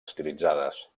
estilitzades